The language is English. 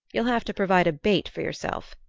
you'll have to provide a bait for yourself.